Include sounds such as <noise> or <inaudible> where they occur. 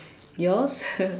yours <laughs>